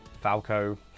falco